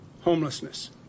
homelessness